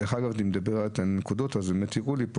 דובר על נקודות, וכותבים לי פה